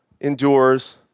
endures